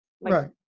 Right